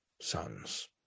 sons